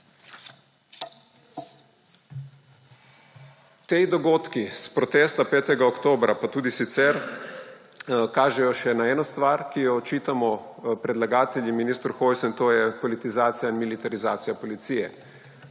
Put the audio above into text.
Ti dogodki s protesta 5. oktobra pa tudi sicer kažejo še na eno stvar, ki jo očitamo predlagatelji ministru Hojsu, in to je politizacija in militarizacija policije.